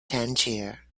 tangier